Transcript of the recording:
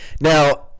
Now